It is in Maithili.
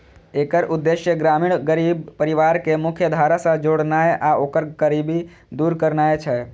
एकर उद्देश्य ग्रामीण गरीब परिवार कें मुख्यधारा सं जोड़नाय आ ओकर गरीबी दूर करनाय छै